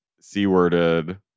C-worded